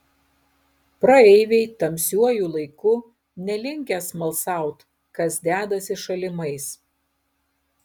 praeiviai tamsiuoju laiku nelinkę smalsaut kas dedasi šalimais